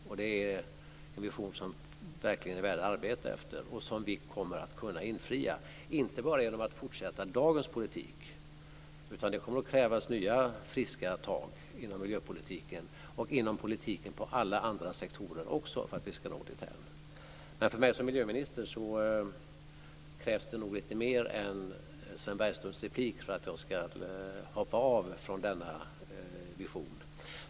Och det är en vision som verkligen är värd att arbeta efter och som vi kommer att kunna infria, inte bara genom att fortsätta dagens politik, utan det kommer att krävas nya och friska tag inom miljöpolitiken och inom politiken inom alla andra sektorer också för att vi ska nå dithän. Men för mig som miljöminister krävs det nog lite mer än Sven Bergströms inlägg för att jag ska hoppa av från denna vision.